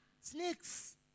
snakes